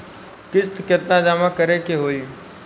किस्त केतना जमा करे के होई?